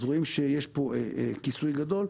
אז רואים שיש פה כיסוי גדול.